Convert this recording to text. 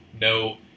no